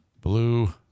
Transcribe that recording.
blue